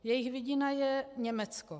Jejich vidina je Německo.